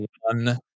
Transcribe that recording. one